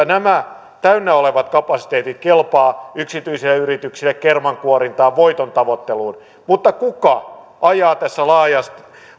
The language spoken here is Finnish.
nämä täynnä olevat kapasiteetit kelpaavat yksityisille yrityksille kermankuorintaan voitontavoitteluun mutta kuka ajaa tässä